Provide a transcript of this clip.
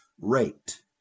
rate